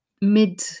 mid